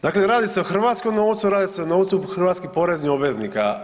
Dakle, radi se o hrvatskom novcu, radi se o novcu hrvatskih poreznih obveznika.